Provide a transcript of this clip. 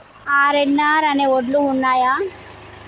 RNR అనే వడ్లు ఉన్నయా?